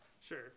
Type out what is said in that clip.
Sure